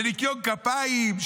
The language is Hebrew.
לניקיון כפיים,